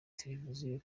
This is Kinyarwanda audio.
televiziyo